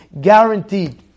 guaranteed